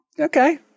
Okay